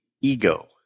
ego